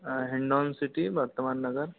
हाँ हिंडौन सिटी वर्तमान नगर